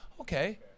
Okay